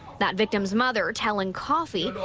that victim's mother telling coffey,